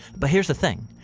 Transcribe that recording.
but here is the thing.